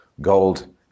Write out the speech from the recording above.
Gold